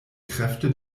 kräfte